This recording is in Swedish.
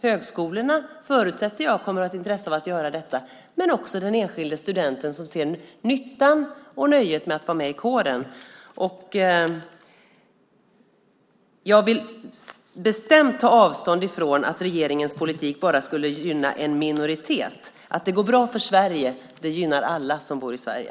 Högskolorna, förutsätter jag, kommer att ha ett intresse av att göra detta men också den enskilde studenten som ser nyttan och nöjet med att vara med i kåren. Jag vill bestämt ta avstånd från att regeringens politik bara skulle gynna en minoritet. Att det går bra för Sverige gynnar alla som bor i Sverige.